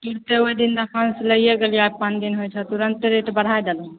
ई तऽ ओहिदिन इहाँसे लैए गेलिअऽ आइ पाँच दिन होइ छै तुरन्ते रेट बढ़ै देलहो